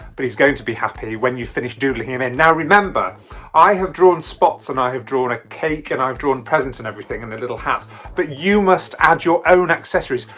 but he's going to be happy when you finish doodling him in. now remember i have drawn spots and i have drawn a cake and i've drawn presents and everything in the little hats but you must add your own accessories.